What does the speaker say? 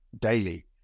daily